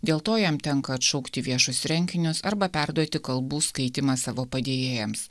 dėl to jam tenka atšaukti viešus renginius arba perduoti kalbų skaitymą savo padėjėjams